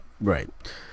right